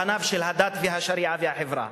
את פני השריעה והחברה.